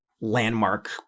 landmark